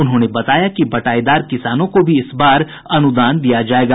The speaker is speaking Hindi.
उन्होंने बताया कि बटाईदार किसानों को भी इस बार अनुदान दिया जायेगा